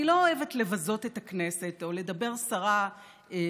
אני מאוד מאוד לא אוהבת לבזות את הכנסת או לדבר סרה בחבריי.